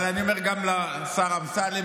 אבל אני אומר גם לשר אמסלם,